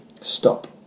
Stop